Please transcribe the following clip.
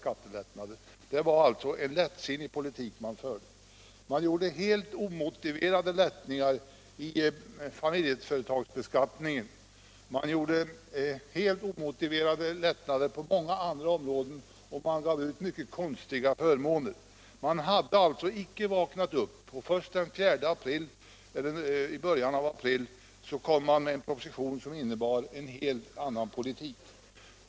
Regeringen förde också en lättsinnig politik när den genomförde helt omotiverade lättnader inom familjeföretagsbeskattningen och på många andra områden och genom att man införde mycket konstiga förmåner. Regeringen hade under den här tiden inte vaknat upp. Först i början av april kom man med en proposition, och den innebar en helt annan politik.